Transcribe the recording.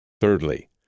Thirdly